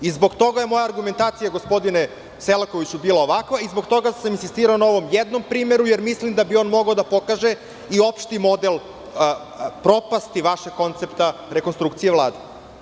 I zbog toga je moja argumentacija, gospodine Selakoviću, bila ovakva, i zbog toga sam insistirao na ovom jednom primeru jer mislim da bi on mogao da pokaže i opšti model propasti vašeg koncepta rekonstrukcije Vlade.